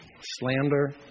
Slander